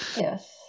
Yes